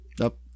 up